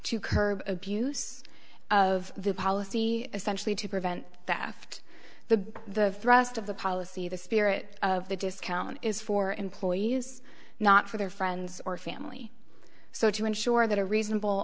to curb abuse of the policy essentially to prevent theft the the thrust of the policy the spirit of the discount is for employees not for their friends or family so to ensure that a reasonable